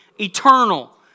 eternal